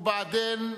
ובעדין,